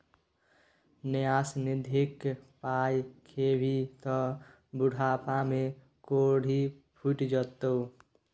न्यास निधिक पाय खेभी त बुढ़ापामे कोढ़ि फुटि जेतौ